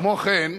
כמו כן,